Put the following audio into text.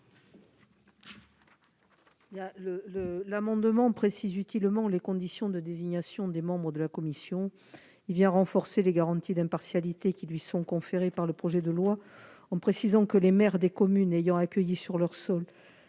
L'amendement tend à préciser utilement les conditions de désignation des membres de la commission. Il vise à renforcer les garanties d'impartialité conférées par le projet de loi, en précisant que les maires des communes ayant accueilli sur leur sol